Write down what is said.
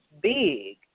big